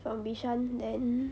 from bishan then